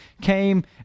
came